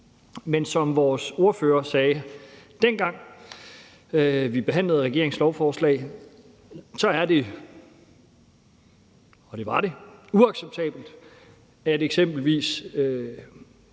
Men som vores ordfører sagde, dengang vi behandlede regeringens lovforslag, så er det – og det var det – uacceptabelt, at eksempelvis